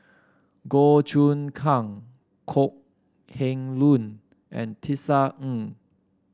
Goh Choon Kang Kok Heng Leun and Tisa Ng